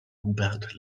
hubert